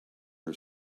her